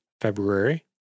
february